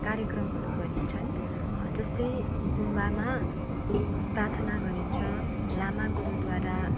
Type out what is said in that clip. कार्यक्रमहरू गरिन्छन् जस्तै गुम्बामा प्रार्थना गरिन्छ लामा गुरूद्वारा